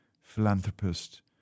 philanthropist